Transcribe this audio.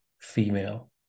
female